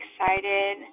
excited